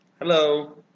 Hello